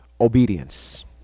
obedience